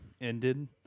ended